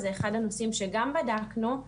זה אחד הנושאים שגם בדקנו,